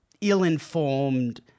ill-informed